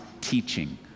teaching